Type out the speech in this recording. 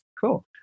cool